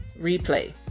replay